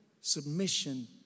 submission